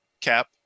cap